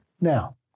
Now